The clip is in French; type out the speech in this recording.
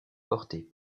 portée